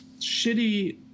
shitty